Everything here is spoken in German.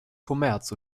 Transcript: kommerz